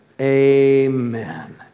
amen